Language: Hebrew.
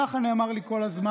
כך נאמר לי כל הזמן.